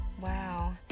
wow